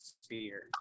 sphere